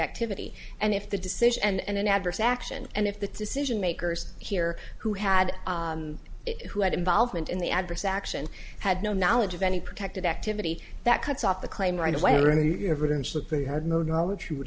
activity and if the decision and an adverse action and if the decision makers here who had who had involvement in the adverse action had no knowledge of any protected activity that cuts off the claim right away or any evidence that they had no knowledge you would